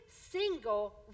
single